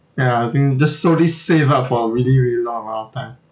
ya I think just slowly save up for a really really long amount of time